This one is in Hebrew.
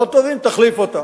לא טובים, תחליפו אותם.